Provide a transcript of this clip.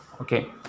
Okay